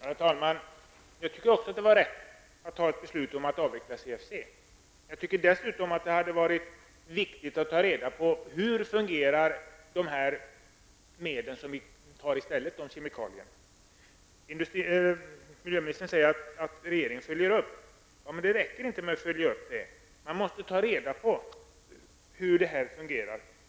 Herr talman! Jag tycker också att det var rätt att fatta beslut om att avveckla CFC. Jag tycker dessutom att det hade varit viktigt att ta reda på hur de medel som vi använder i stället fungerar. Miljöministern säger att regeringen följer upp frågan. Det räcker inte att följa upp, utan man måste ta reda på hur dessa medel fungerar.